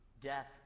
death